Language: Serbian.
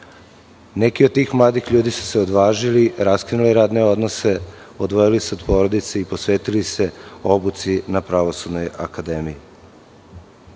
Neki od tih mladih ljudi su se odvažili, raskinuli radne odnose, odvojili se od porodice i posvetili se obuci na Pravosudnoj akademiji. Ono